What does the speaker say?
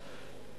שופטים.